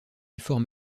effort